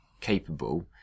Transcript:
capable